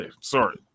Sorry